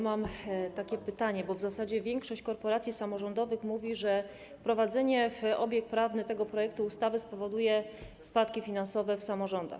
Mam takie pytanie, bo w zasadzie większość korporacji samorządowych mówi, że wprowadzenie w obieg prawny tego projektu ustawy spowoduje spadki finansowe w samorządach.